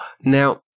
now